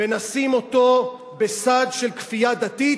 ונשים אותו בסד של כפייה דתית,